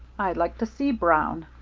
i'd like to see brown.